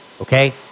Okay